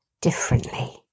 differently